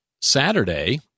Saturday